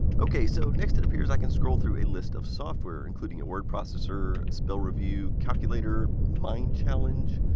ok, so next it appears i can scroll through a list of software, including a word processor, spell review, calculator, mind challenge,